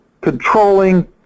controlling